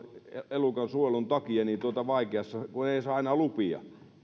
elukan suojelun takia vaikeassa kun ei saa enää lupia